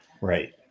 right